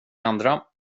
andra